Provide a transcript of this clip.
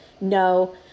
No